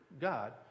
God